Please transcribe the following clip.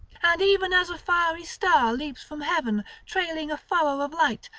and even as a fiery star leaps from heaven, trailing a furrow of light,